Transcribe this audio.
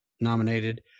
nominated